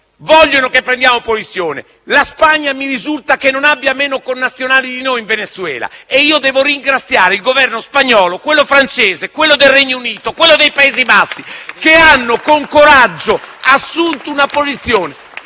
vogliono che prendiamo posizione. La Spagna mi risulta che non abbia meno connazionali di noi in Venezuela. E io devo ringraziare il Governo spagnolo, quello francese, quello del Regno Unito, quello dei Paesi Bassi*,* che hanno con coraggio assunto una posizione.